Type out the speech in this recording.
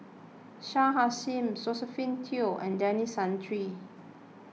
Shah Hussain Josephine Teo and Denis Santry